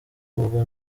ubwo